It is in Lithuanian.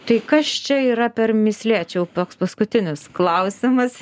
tai kas čia yra per mįslė čia jau toks paskutinis klausimas